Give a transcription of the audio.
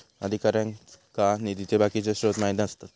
अधिकाऱ्यांका निधीचे बाकीचे स्त्रोत माहित नसतत